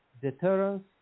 deterrence